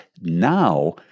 now